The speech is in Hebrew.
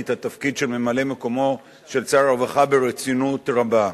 את התפקיד של ממלא-מקומו של שר הרווחה ברצינות רבה.